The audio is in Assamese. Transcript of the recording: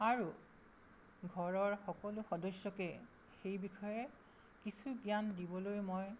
আৰু ঘৰৰ সকলো সদস্যকে সেই বিষয়ে কিছু জ্ঞান দিবলৈ মই